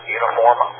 Uniform